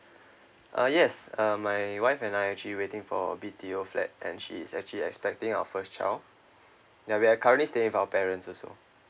uh yes um my wife and I actually waiting for a B_T_O flat and she is actually expecting our first child ya we are currently stay with our parents also